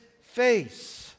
face